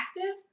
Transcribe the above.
active